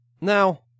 Now